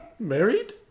Married